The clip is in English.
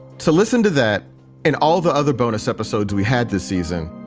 to listen to that and all the other bonus episodes we had this season,